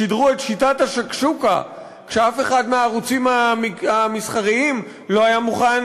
שידרו את "שיטת השקשוקה" כשאף אחד מהערוצים המסחריים לא היה מוכן